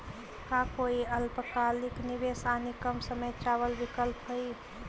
का कोई अल्पकालिक निवेश यानी कम समय चावल विकल्प हई?